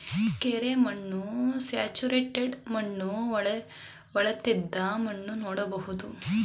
ಕೆರೆ ಮಣ್ಣು, ಸ್ಯಾಚುರೇಟೆಡ್ ಮಣ್ಣು, ಹೊಳೆತ್ತಿದ ಮಣ್ಣು ನೋಡ್ಬೋದು